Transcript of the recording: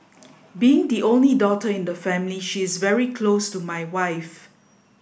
being the only daughter in the family she is very close to my wife